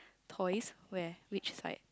toys where which side